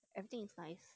everything is nice